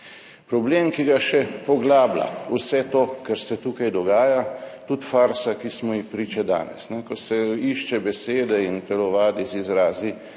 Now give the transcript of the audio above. problem, ki ga še poglablja vse to, kar se tukaj dogaja. Tudi farsa, ki smo ji priča danes, ko se išče besede in telovadi z izrazi